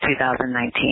2019